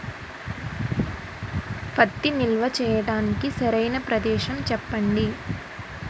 పత్తి నిల్వ చేయటానికి సరైన ప్రదేశం చెప్పండి?